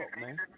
man